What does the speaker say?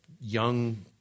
young